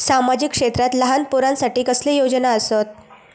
सामाजिक क्षेत्रांत लहान पोरानसाठी कसले योजना आसत?